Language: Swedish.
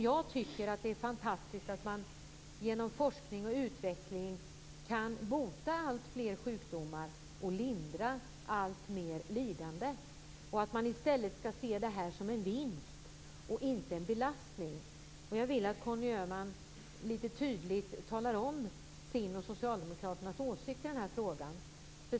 Jag tycker att det är fantastiskt att man genom forskning och utveckling kan bota alltfler sjukdomar och lindra alltmer lidande. Jag tycker att man i stället skall se det här som en vinst och inte som en belastning. Jag vill att Conny Öhman lite tydligt talar om sin och socialdemokraternas åsikter i den här frågan.